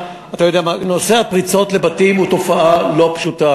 נושא הפריצות לבתים הוא תופעה לא פשוטה.